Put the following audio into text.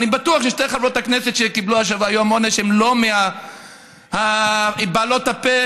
אני בטוח ששתי חברות הכנסת שקיבלו היום עונש הן לא מבעלות הפה